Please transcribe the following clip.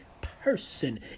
person